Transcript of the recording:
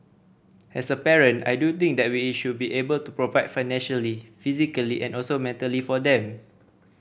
as a parent I do think that we should be able to provide financially physically and also mentally for them